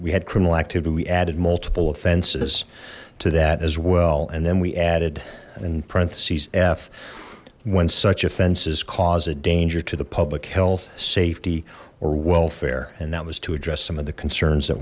we had criminal activity we added multiple offenses to that as well and then we added in parentheses f when such offenses cause a danger to the public health safety or welfare and that was to address some of the concerns that